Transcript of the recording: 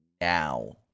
now